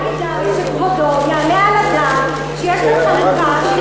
היה כדאי שכבודו יעלה על הדעת שיש כאן חלוקה שהיא